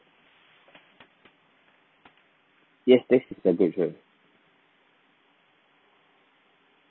yes this is a